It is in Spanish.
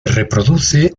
reproduce